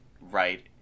right